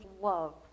love